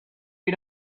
you